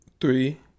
Three